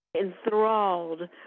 enthralled